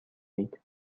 اید